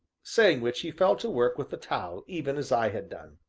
saying which, he fell to work with the towel even as i had done.